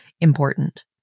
important